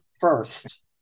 first